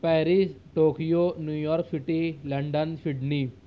Paris Tokyo New York City London Sydney